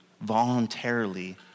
voluntarily